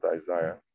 Isaiah